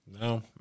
No